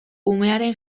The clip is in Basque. umearen